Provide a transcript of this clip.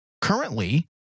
currently